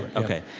ok.